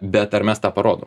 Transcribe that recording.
bet ar mes tą parodom